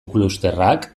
klusterrak